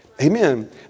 Amen